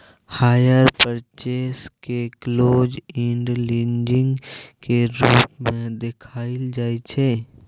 hire purchase केँ close end leasing केर रूप मे देखाएल जाइ छै